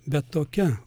bet tokia